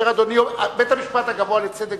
בית-המשפט הגבוה לצדק,